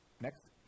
Next